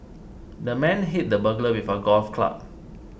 the man hit the burglar with a golf club